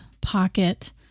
pocket